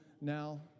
now